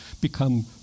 become